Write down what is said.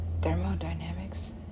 Thermodynamics